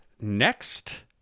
next